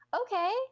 okay